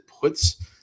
puts